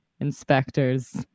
inspectors